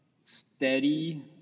steady